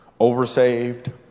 oversaved